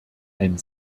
ein